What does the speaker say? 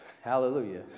Hallelujah